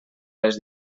les